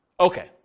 Okay